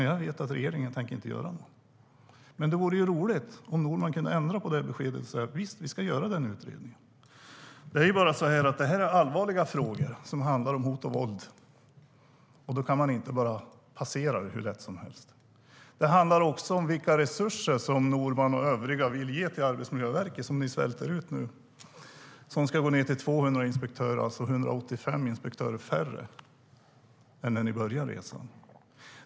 Jag vet att regeringen inte tänker göra någon. Det vore dock roligt om Norman kunde ändra på det och säga att en utredning ska göras. Det är allvarliga frågor som handlar om hot och våld. Dem kan man inte bara passera hur lätt som helst. Det handlar också om vilka resurser som Norman och övriga vill ge Arbetsmiljöverket, som ni svälter ut. Man ska gå ned till 200 inspektörer och alltså bli 185 inspektörer färre än när ni började resan.